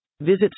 Visit